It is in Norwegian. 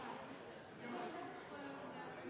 vi må jobbe hardt for